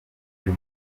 faso